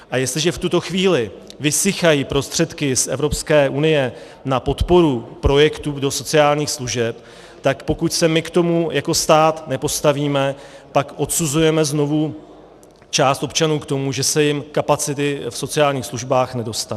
A jestliže v tuto chvíli vysychají prostředky z Evropské unie na podporu projektů do sociálních služeb, tak pokud se my k tomu jako stát nepostavíme, pak odsuzujeme znovu část občanů k tomu, že se jim kapacity v sociálních službách nedostane.